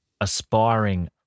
aspiring